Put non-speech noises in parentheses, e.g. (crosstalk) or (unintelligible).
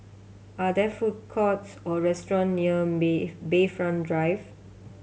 are there food courts or restaurant near (unintelligible) Bayfront Drive